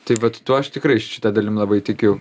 tai vat tuo aš tikrai šita dalim labai tikiu